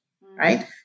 right